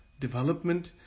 Development